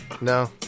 No